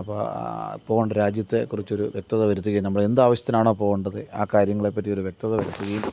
അപ്പം ആ പോവേണ്ട രാജ്യത്തെക്കുറിച്ചൊരു വ്യക്തത വരുത്തുകയും നമ്മളെ എന്താവശ്യത്തിനാണോ പോവേണ്ടത് ആ കാര്യങ്ങളെ പറ്റിയൊരു വ്യക്തത വരുത്തുകയും